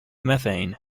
methane